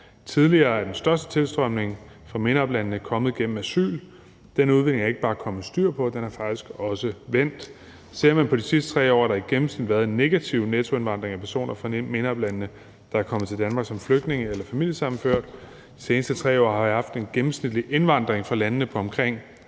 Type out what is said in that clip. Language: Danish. Tidligere er den største tilstrømning fra MENAPT-landene kommet gennem asyl. Den udvikling er der ikke bare kommet styr på; den er faktisk også vendt. Ser man på de sidste 3 år, har der i gennemsnit været en negativ nettoindvandring af personer fra MENAPT-landene, der er kommet til Danmark som flygtninge eller ved familiesammenføring. De seneste 3 år har der været en gennemsnitlig indvandring fra landene på omkring